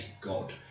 god